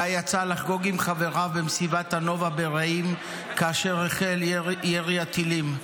גיא יצא לחגוג עם חבריו במסיבת הנובה ברעים כאשר החל ירי הטילים.